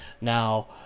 Now